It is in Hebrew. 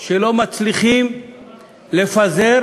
שלא מצליחות לפזר